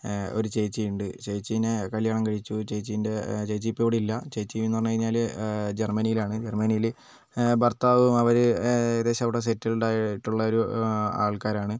ഒരു ചേച്ചി ഉണ്ട് ചേച്ചീനെ കല്യാണം കഴിച്ചു ചേച്ചീൻ്റെ ചേച്ചി ഇപ്പോൾ ഇവിടെ ഇല്ല ചേച്ചീന്ന് പറഞ്ഞുകഴിഞ്ഞാൽ ജർമനിയിലാണ് ജർമനിയിൽ ഭർത്താവും അവർ ഏകദേശം അവിടെ സെറ്റിൽഡ് ആയിട്ടുള്ളൊരു ആൾക്കാരാണ്